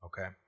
Okay